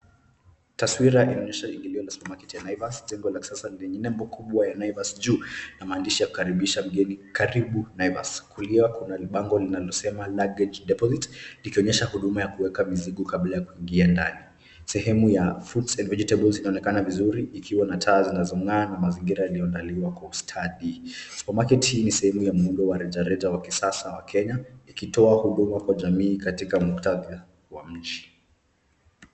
Taswira inaonyesha ingilio la supermarket ya Naivas, jengo la kisasa lenye nembo kubwa ya Naivas juu na maandishi ya kukaribisha mgeni: Karibu Naivas. Kulia kuna kibango kinachosema Luggage Deposit , likionyesha huduma ya kuweka mizigo kabla ya kuingia ndani. Sehemu ya fruits and vegetables inaonekana vizuri ikiwa na taa zinazong'aa na mazingira yaliyoandaliwa kwa ustadi. Supermarket hii ni sehemu ya muundo wa rejareja wa kisasa wa Kenya, ikitoa huduma kwa jamii katika muktadha wa mji.